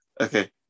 Okay